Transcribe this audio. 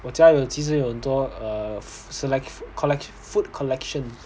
我家有其实有很多 err select~ collect~ food collection